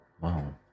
Wow